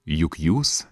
juk jūs